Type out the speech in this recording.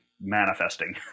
manifesting